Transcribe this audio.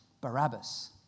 Barabbas